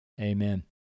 Amen